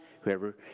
whoever